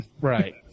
Right